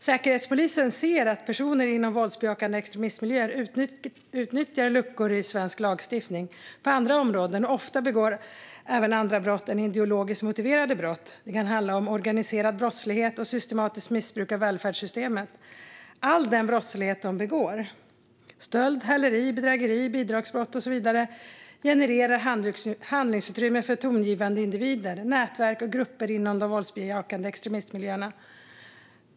Säkerhetspolisen ser att personer inom våldsbejakande extremistmiljöer utnyttjar luckor i svensk lagstiftning på andra områden och ofta begår även andra brott än ideologiskt motiverade brott. Det kan handla om organiserad brottslighet och ett systematiskt missbruk av välfärdssystemet. All den brottslighet de begår - stöld, häleri, bedrägeri, bidragsbrott och så vidare - genererar handlingsutrymme för tongivande individer, nätverk och grupper inom de våldsbejakande extremistmiljöerna.